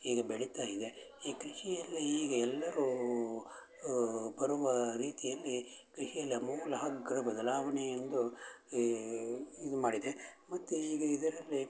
ಈಗ ಬೆಳಿತಾಯಿದೆ ಈ ಕೃಷಿಯಲ್ಲಿ ಈಗ ಎಲ್ಲರೂ ಬರುವ ರೀತಿಯಲ್ಲಿ ಕೃಷಿಯಲ್ಲಿ ಅಮೂಲಾಗ್ರ ಬದಲಾವಣೆ ಎಂದು ಏ ಇದು ಮಾಡಿದೆ ಮತ್ತು ಈಗ ಇದರಲ್ಲಿ